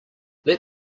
let